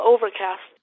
Overcast